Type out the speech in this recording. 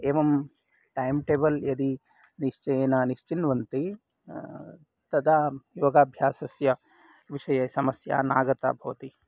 एवं टैम्टेबल् यदि निश्चयेन निश्चिन्वन्ति तदा योगाभ्यासस्य विषये समस्या नागता भवति